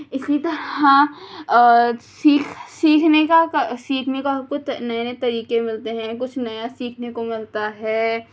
اسی طرح سیکھ سیکھنے کا سیکھنے کا کو نئے نئے طریقے ملتے ہیں کچھ نیا سیکھنے کو ملتا ہے